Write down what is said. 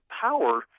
power